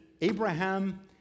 Abraham